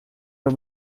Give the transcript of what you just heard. pas